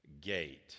gate